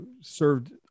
served